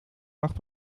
acht